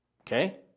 Okay